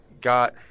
got